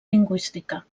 lingüística